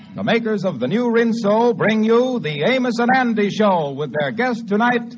um makers of the new rinso bring you the amos n andy show with their guest tonight,